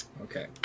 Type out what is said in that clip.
Okay